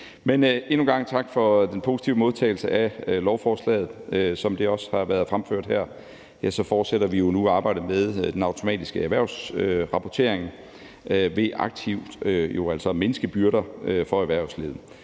dag. Endnu en gang tak for den positive modtagelse af lovforslaget. Som det også har været fremført her, fortsætter vi jo nu arbejdet med den automatiske erhvervsrapportering ved aktivt at mindske byrder for erhvervslivet.